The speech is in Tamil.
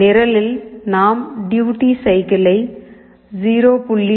நிரலில் நாம் டூயுட்டி சைக்கிளை 0